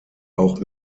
auch